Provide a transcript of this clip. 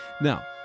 Now